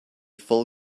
full